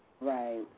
Right